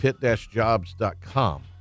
pit-jobs.com